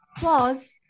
pause